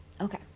okay